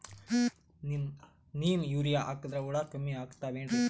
Neem urea ಹಾಕದ್ರ ಹುಳ ಕಮ್ಮಿ ಆಗತಾವೇನರಿ?